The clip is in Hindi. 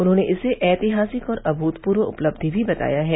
उन्होंने इसे ऐतिहासिक और अभूतपूर्व उपलब्धि भी बताया है